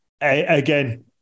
Again